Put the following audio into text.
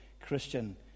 Christian